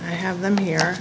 i have them here